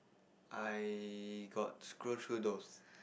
I got scroll through those